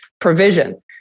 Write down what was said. provision